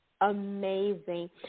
amazing